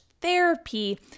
therapy